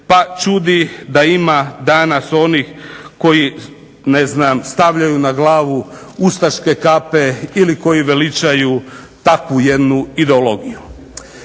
pa čudi da ima danas onih koji ne znam stavljaju na glavu ustaške kape ili koji veličaju takvu jednu ideologiju.